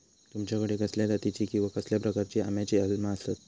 तुमच्याकडे कसल्या जातीची किवा कसल्या प्रकाराची आम्याची कलमा आसत?